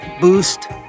boost